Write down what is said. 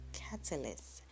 catalyst